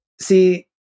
see